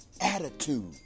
attitude